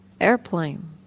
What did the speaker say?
airplane